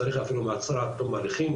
צריך אפילו מעצר עד תום ההליכים.